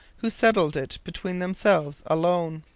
who settled it between themselves alone.